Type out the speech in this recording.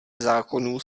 zákonů